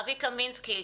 אבי קמינסקי,